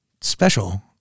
special